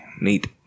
Neat